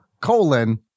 Colon